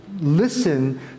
Listen